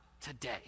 today